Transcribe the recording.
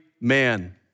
man